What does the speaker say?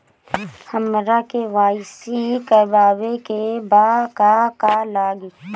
हमरा के.वाइ.सी करबाबे के बा का का लागि?